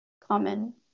common